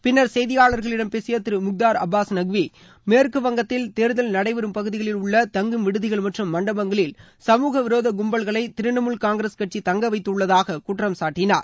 பின்னர் செய்தியாளர்களிடம் பேசிய திரு முக்தார் அபாஸ் நக்வி மேற்குவங்கத்தில் தேர்தல் நடைபெறும் பகுதிகளில் உள்ள தங்கும் விடுதிகள் மற்றும் மண்டபங்களில் சமூக விரோத கும்பல்களை திரிணாமுல் கட்சி தங்க வைத்துள்ளதாக குற்றம் சாட்டினார்